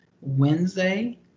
Wednesday